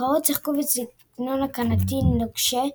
הנבחרות שיחקו בסגנון הגנתי נוקשה,